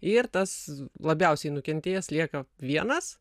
ir tas labiausiai nukentėjęs lieka vienas